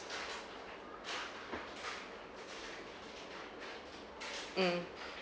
mm